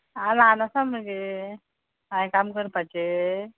हांव ल्हान आसा मगे हांय काम करपाचें